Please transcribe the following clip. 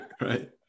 right